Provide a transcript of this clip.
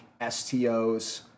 STOs